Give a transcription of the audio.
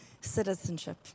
citizenship